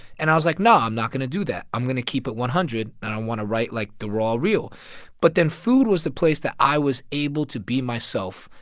and i was like, no, i'm not going to do that. i'm going to keep it one hundred. and i want to write, like, the raw real but then food was the place that i was able to be myself.